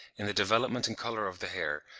in the development and colour of the hair,